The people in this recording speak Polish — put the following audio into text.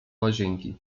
łazienki